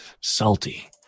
Salty